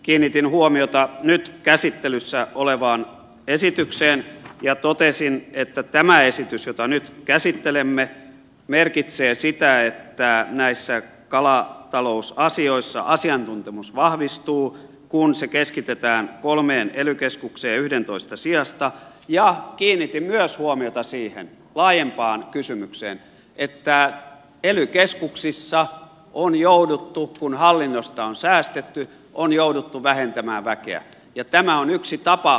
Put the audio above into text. kiinnitin huomiota nyt käsittelyssä olevaan esitykseen ja totesin että tämä esitys jota nyt käsittelemme merkitsee sitä että näissä kalatalousasioissa asiantuntemus vahvistuu kun se keskitetään kolmeen ely keskukseen yhdentoista sijasta ja kiinnitin myös huomiota siihen laajempaan kysymykseen että ely keskuksissa on jouduttu kun hallinnosta on säästetty vähentämään väkeä ja tämä on yksi tapa